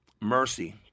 Mercy